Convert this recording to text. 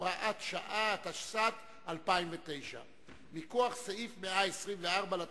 (הוראת שעה), התשס"ט 2009. מכוח סעיף 124 לתקנון,